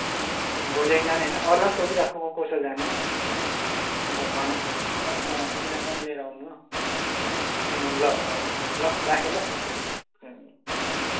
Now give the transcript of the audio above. अँ अँ भोलिदेखि जाने होइन अरूलाई पनि सोधिराख को को छ जाने हो अन्त भन अँ तिनारलाई पनि लिएर आउनु हो अँ ल ल ल राखेँ ल ल